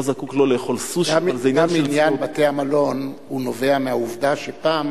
לא זקוק לא לאכול סושי גם עניין בתי-המלון נובע מהעובדה שפעם